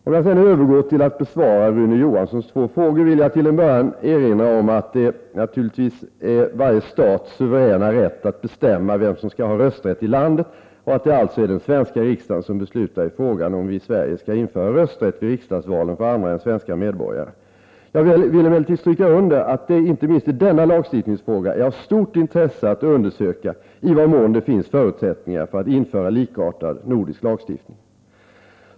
Om jag då övergår till att besvara Rune Gustavssons två frågor, vill jag till en början erinra om att det är varje stats suveräna rätt att bestämma vem som skall ha rösträtt i landet och att det alltså är den svenska riksdagen som beslutar i frågan om vi i Sverige skall införa rösträtt vid riksdagsvalen för andra än svenska medborgare. Jag vill emellertid stryka under att det inte minst i denna lagstiftningsfråga är av stort intresse att undersöka i vad mån det finns förutsättningar för att införa likartad nordisk lagstiftning.